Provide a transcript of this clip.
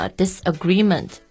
disagreement